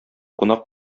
кунак